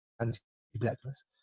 anti-blackness